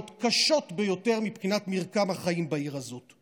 קשות ביותר מבחינת מרקם החיים בעיר הזאת.